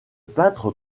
peintre